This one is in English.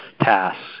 tasks